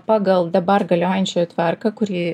pagal dabar galiojančiąją tvarką kuri